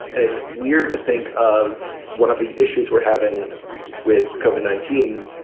and it's weird to think of one of the issues we're having with cauvin nineteen.